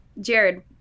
Jared